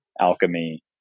alchemy